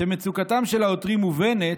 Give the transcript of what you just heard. שמצוקתם של העותרים מובנת,